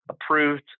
approved